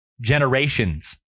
Generations